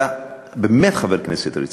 אתה באמת חבר כנסת רציני.